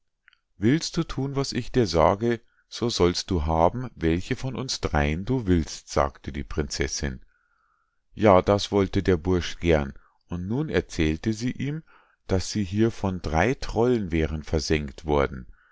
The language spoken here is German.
willst du thun was ich dir sage so sollst du haben welche von uns dreien du willst sagte die prinzessinn ja das wollte der bursch gern und nun erzählte sie ihm daß sie hier von drei trollen wären versenkt worden